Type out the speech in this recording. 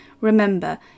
Remember